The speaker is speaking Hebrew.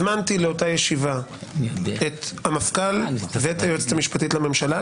הזמנתי לאותה ישיבה את המפכ"ל ואת היועצת המשפטית לממשלה,